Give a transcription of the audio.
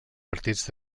partits